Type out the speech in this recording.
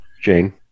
Jane